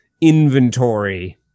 inventory